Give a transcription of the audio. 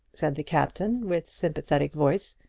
said the captain, with sympathetic voice,